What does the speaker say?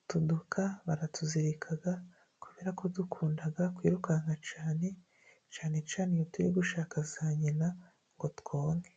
utu duka baratuzirika kubera ko dukunda kwirukanka cyane, cyane cyane iyo turi gushaka za nyina ngo twonke.